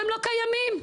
קודם כל אדוני היו"ר,